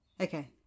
Okay